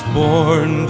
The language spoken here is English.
born